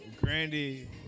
Grandy